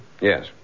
Yes